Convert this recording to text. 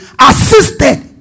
assisted